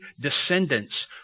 descendants